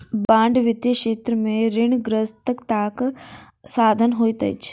bond वित्तीय क्षेत्र में ऋणग्रस्तताक साधन होइत अछि